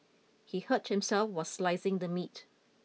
he hurt himself while slicing the meat